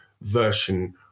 version